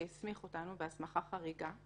שהסמיך אותנו בהסמכה חריגה.